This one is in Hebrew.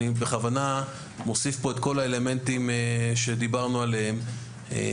אני בכוונה מוסיף פה את כל האלמנטים שדיברנו עליהם,